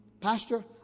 Pastor